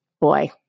boy